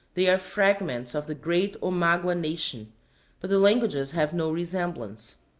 they are fragments of the great omagua nation but the languages have no resemblance.